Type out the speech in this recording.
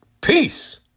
Peace